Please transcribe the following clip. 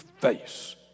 face